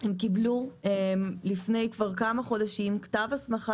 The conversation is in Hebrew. הם קיבלו לפני כמה חודשים כתב הסמכה